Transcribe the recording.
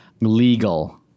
legal